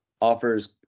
offers